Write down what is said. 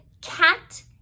cat